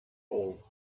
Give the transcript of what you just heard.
all